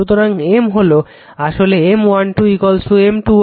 সুতরাং M হলো আসলে M12 M21